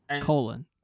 Colon